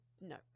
No